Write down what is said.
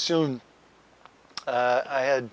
soon i had